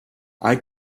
hay